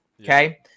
Okay